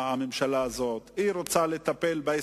היא רוצה לטפל בעצמה,